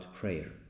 prayer